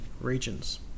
regions